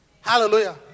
Hallelujah